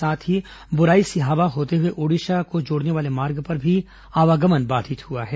साथ ही बोराई सिहावा होते हुए ओडिशा को जोड़ने वाले मार्ग पर भी आवागमन बाधित हुआ है